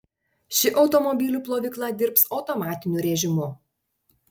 ši automobilių plovykla dirbs automatiniu rėžimu